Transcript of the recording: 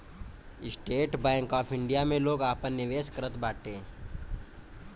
estate Bank of India में लोग आपन निवेश करत बाटे